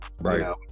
Right